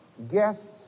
guess